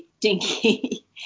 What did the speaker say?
dinky